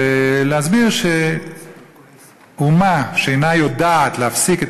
ולהסביר שאומה שאינה יודעת להפסיק את